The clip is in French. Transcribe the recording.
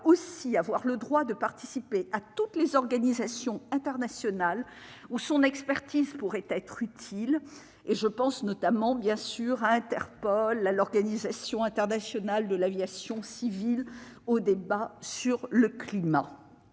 aussi avoir le droit de participer à toutes les organisations internationales où son expertise pourrait être utile. Je pense notamment à Interpol, à l'Organisation internationale de l'aviation civile, au débat sur le climat.